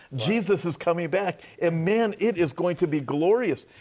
jesus is coming back. and man it is going to be glorious.